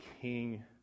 king